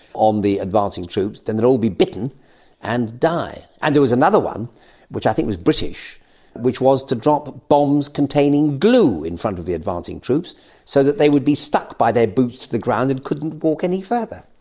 on the advancing troops, then they'll all be bitten and die. and there was another one which i think was british which was to drop bombs containing glue in front of the advancing troops so that they would be stuck by their boots to the ground and couldn't walk any further.